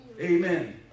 amen